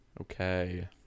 okay